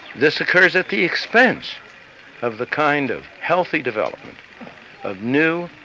this occurs at the expense of the kind of healthy development of new,